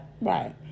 Right